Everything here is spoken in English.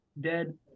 dead